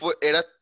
era